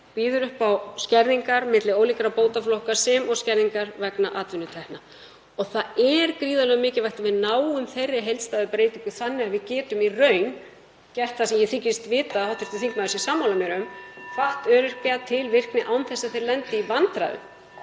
býður upp á skerðingar milli ólíkra bótaflokka sem og skerðingar vegna atvinnutekna. Það er gríðarlega mikilvægt að við náum þeirri heildstæðu breytingu þannig að við getum í raun gert það sem ég þykist vita (Forseti hringir.) að hv. þingmaður sé sammála mér um, þátt öryrkja til virkni án þess að þeir lendi í vandræðum